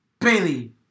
Bailey